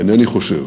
אינני חושב